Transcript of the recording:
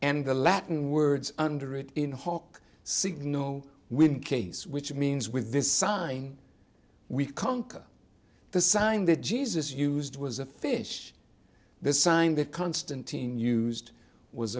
and the latin words under it in hoc signal when case which means with this sign we conquer the sign that jesus used was a fish the sign that constantine used was